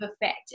effect